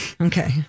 Okay